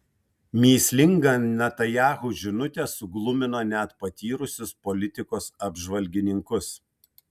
mįslinga netanyahu žinutė suglumino net patyrusius politikos apžvalgininkus